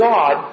God